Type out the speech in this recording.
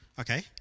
Okay